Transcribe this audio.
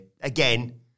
Again